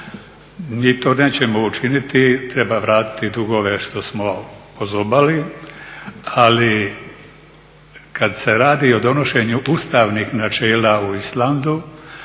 Mi to nećemo učiniti, treba vratiti dugove što smo pozobali. Ali kad se radi o donošenju ustavnih načela u Islandu,